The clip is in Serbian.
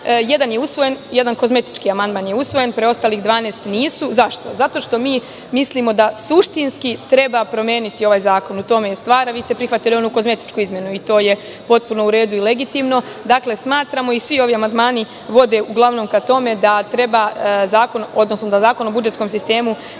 amandmana. Jedan kozmetički amandman je usvojen, a preostalih 12 nisu. Zašto? Zato što mi mislimo da suštinski treba promeniti ovaj zakon. U tome je stvar. Vi ste prihvatili onu kozmetičku izmenu. To je potpuno u redu i legitimno. Smatramo i svi ovi amandmani vode uglavnom ka tome da Zakon o budžetskom sistemu